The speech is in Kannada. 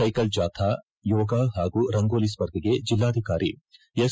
ಸೈಕಲ್ ಜಾಥಾ ಯೋಗಾ ಪಾಗೂ ರಂಗೋಲಿ ಸ್ಪರ್ಧೆಗೆ ಜಿಲ್ಲಾಧಿಕಾರಿ ಎಸ್